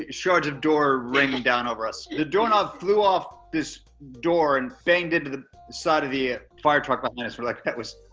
shards of door raining down over us. the doorknob flew off this door and banged into the side of the ah fire truck behind but and us, we're like, that was.